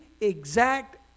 exact